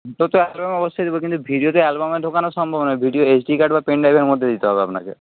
ছবি তো অ্যালবামে অবশ্যই দেবো কিন্তু ভিডিও তো অ্যালবামে ঢোকানো সম্ভব হবে না ভিডিও এসডি কার্ড বা পেনড্রাইভের মধ্যে দিতে হবে আপনাকে